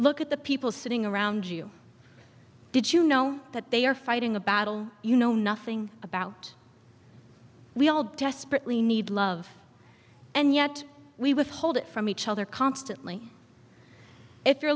look at the people sitting around you did you know that they are fighting a battle you know nothing about we all desperately need love and yet we withhold it from each other constantly if you're